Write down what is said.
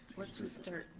let's just start,